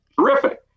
terrific